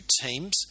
teams